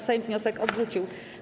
Sejm wniosek odrzucił.